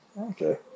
Okay